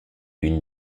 une